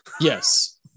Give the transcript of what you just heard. Yes